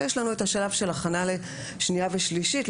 ואז יש לנו את שלב ההכנה לקריאה שנייה ושלישית.